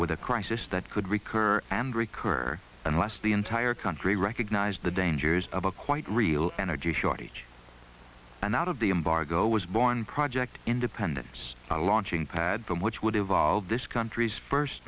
with a crisis that could recur and recur unless the entire country recognized the dangers of a quite real energy shortage and out of the embargo was born project independence a launching pad from which would evolve this country's first